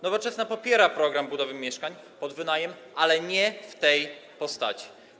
Nowoczesna popiera program budowy mieszkań pod wynajem, ale nie w tej postaci.